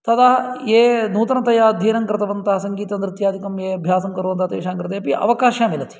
तदा ये नूतनतया अध्ययनं कृतवन्तः सङ्गीतनृत्यादिकं ये अभ्यासं कुर्वन्तः तेषाङ्कृतेपि अवकाशः मिलति